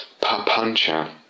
Papancha